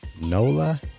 Nola